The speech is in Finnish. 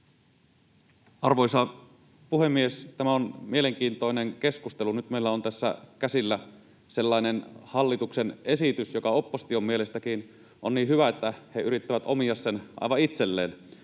Arvoisa puhemies! Tämä on mielenkiintoinen keskustelu. Nyt meillä on tässä käsillä sellainen hallituksen esitys, joka oppositionkin mielestä on niin hyvä, että he yrittävät omia sen aivan itselleen.